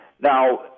Now